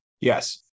Yes